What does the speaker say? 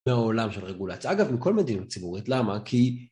מעולם של רגולציה. אגב, עם כל מדיניות ציבורית. למה? כי...